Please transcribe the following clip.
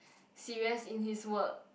serious in his work